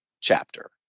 chapter